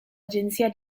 agenzia